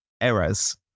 errors